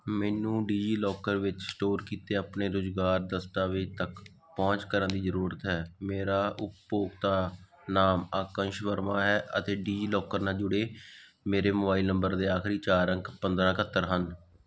ਮੈਨੂੰ ਡਿਜੀਲਾਕਰ ਵਿੱਚ ਸਟੋਰ ਕੀਤੇ ਆਪਣੇ ਰੁਜ਼ਗਾਰ ਦਸਤਾਵੇਜ਼ ਤੱਕ ਪਹੁੰਚ ਕਰਨ ਦੀ ਜ਼ਰੂਰਤ ਹੈ ਮੇਰਾ ਉਪਭੋਗਤਾ ਨਾਮ ਆਕਾਸ਼ ਵਰਮਾ ਹੈ ਅਤੇ ਡਿਜੀਲਾਕਰ ਨਾਲ ਜੁੜੇ ਮੇਰੇ ਮੋਬਾਈਲ ਨੰਬਰ ਦੇ ਆਖਰੀ ਚਾਰ ਅੰਕ ਪੰਦਰ੍ਹਾਂ ਇਕਹੱਤਰ ਹਨ